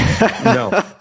No